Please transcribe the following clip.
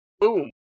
Boom